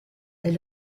est